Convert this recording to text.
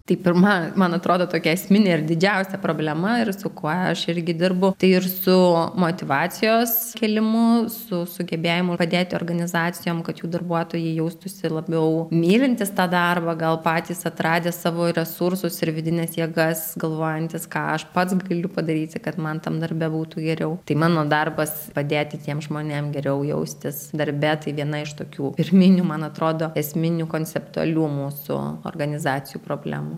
tai pirma man atrodo tokia esminė ir didžiausia problema ir su kuo aš irgi dirbu tai ir su motyvacijos kėlimu su sugebėjimu padėti organizacijom kad jų darbuotojai jaustųsi labiau mylintys tą darbą gal patys atradę savo resursus ir vidines jėgas galvojantys ką aš pats galiu padaryti kad man tam darbe būtų geriau tai mano darbas padėti tiem žmonėm geriau jaustis darbe tai viena iš tokių pirminių man atrodo esminių konceptualių mūsų organizacijų problemų